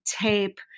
tape